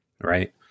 right